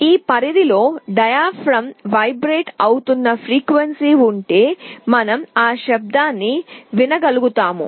ఈ పరిధిలో diaphragm vibrate అవుతున్న ఫ్రీక్వెన్సీ ఉంటే మనం ఆ శబ్దాన్ని వినగలుగుతాము